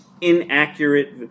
inaccurate